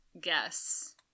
guess